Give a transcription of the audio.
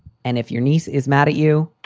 and if your niece is mad at you,